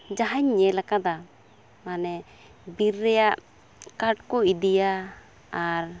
ᱡᱟᱦᱟᱸᱧ ᱧᱮᱞ ᱟᱠᱟᱫᱟ ᱢᱟᱱᱮ ᱵᱤᱨ ᱨᱮᱭᱟᱜ ᱠᱟᱴ ᱠᱚ ᱤᱫᱤᱭᱟ ᱟᱨ